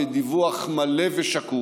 ודיווח מלא ושקוף,